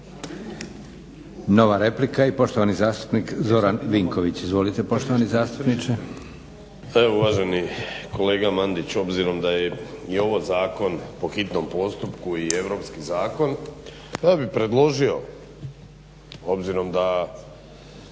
Nova replika i poštovani zastupnik Zoran Vinković. Izvolite poštovani zastupniče.